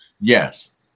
Yes